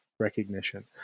recognition